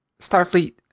Starfleet